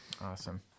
Awesome